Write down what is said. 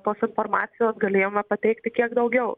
tos informacijos galėjome pateikti kiek daugiau